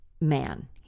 man